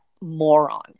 moron